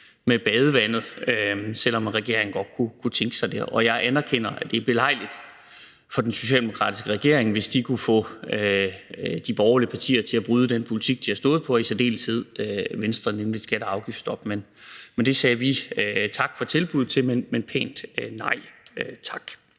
vælgere – selv om regeringen godt kunne tænke sig det. Jeg anerkender, at det ville være belejligt for den socialdemokratiske regering, hvis de kunne få de borgerlige partier til at bryde den politik, de har stået på – i særdeleshed Venstre i forhold til et skatte- og afgiftsstop. Men til det sagde vi: Tak for tilbuddet, men pænt nej tak.